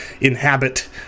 inhabit